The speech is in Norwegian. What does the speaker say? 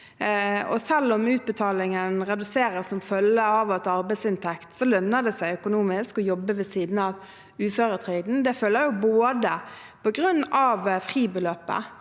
selv om utbetalingen reduseres som følge av at arbeidsinntekten avkortes, så lønner det seg økonomisk å jobbe ved siden av uføretrygden. Det følger jo både av fribeløpet